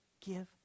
give